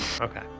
Okay